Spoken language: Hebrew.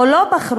או לא בחרו,